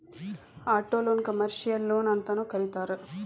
ಆಟೊಲೊನ್ನ ಕಮರ್ಷಿಯಲ್ ಲೊನ್ಅಂತನೂ ಕರೇತಾರ